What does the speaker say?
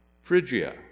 Phrygia